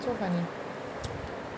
so funny